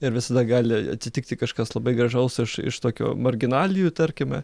ir visada gali atsitikti kažkas labai gražaus aš iš tokio marginalijų tarkime